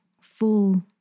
full